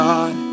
God